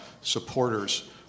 supporters